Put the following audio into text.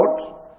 out